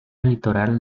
litoral